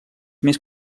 més